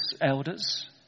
elders